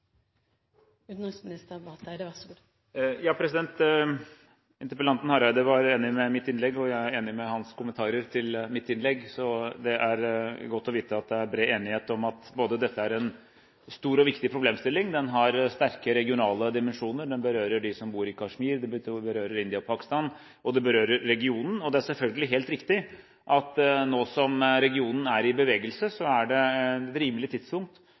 hans kommentarer til mitt innlegg. Så det er godt å vite at det er bred enighet om at dette er en stor og viktig problemstilling. Den har sterke regionale dimensjoner. Den berører dem som bor i Kashmir. Den berører India og Pakistan, og den berører regionen. Det er selvfølgelig helt riktig at nå som regionen er i bevegelse, er det et rimelig tidspunkt